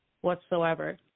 whatsoever